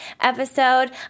episode